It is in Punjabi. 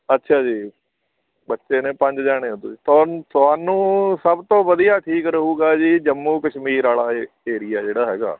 ਅੱਛਾ ਜੀ ਬੱਚੇ ਨੇ ਪੰਜ ਜਾਣੇ ਹੋ ਤੁਸੀਂ ਤੋਂ ਤੁਹਾਨੂੰ ਸਭ ਤੋਂ ਵਧੀਆ ਠੀਕ ਰਹੇਗਾ ਜੀ ਜੰਮੂ ਕਸ਼ਮੀਰ ਵਾਲਾ ਏ ਏਰੀਆ ਜਿਹੜਾ ਹੈਗਾ